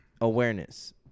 awareness